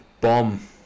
bomb